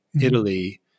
Italy